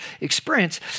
experience